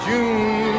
June